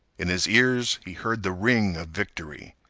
in his ears, he heard the ring of victory.